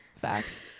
Facts